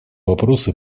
вопросы